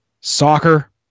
Soccer